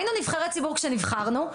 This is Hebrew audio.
היינו נבחרי ציבור כשנבחרנו.